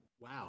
wow